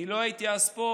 אני לא הייתי אז פה,